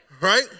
right